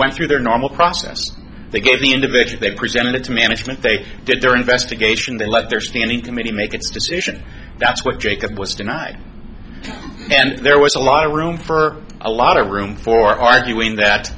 went through their normal process they gave the individual they presented it to management they did their investigation they let their standing committee make its decision that's what jacob was denied and there was a lot of room for a lot of room for arguing that